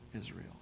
Israel